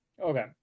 okay